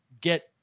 get